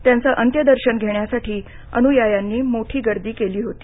त्यांचं अंत्यदर्शन घेण्यासाठी अनुयायांनी मोठी गर्दी केली होती